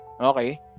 Okay